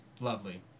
Lovely